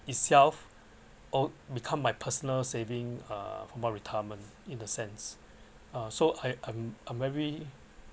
itself al~ become my personal saving uh for my retirement in the sense uh so I I'm I’m very